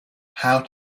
how